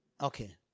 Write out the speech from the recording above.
Okay